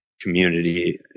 community